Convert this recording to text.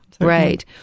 Right